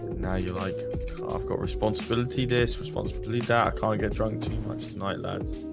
now you like i've got responsibilities days responsibilities that i can't get drunk too much tonight lads